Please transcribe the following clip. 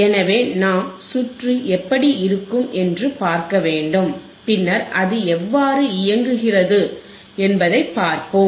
எனவே நாம் சுற்று எப்படி இருக்கும் என்று பார்க்க வேண்டும் பின்னர் அது எவ்வாறு இயங்குகிறது என்பதைப் பார்ப்போம்